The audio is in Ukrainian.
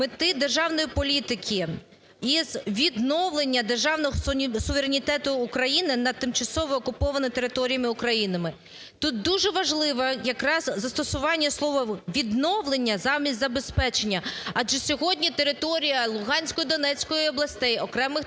мети державної політики із відновлення державного суверенітету України на тимчасово окупованих територіях України. Тут дуже важливо якраз застосування слова "відновлення" замість "забезпечення", адже сьогодні територія Луганської, Донецької областей, окремих територій,